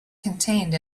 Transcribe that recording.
contained